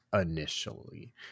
initially